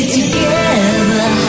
together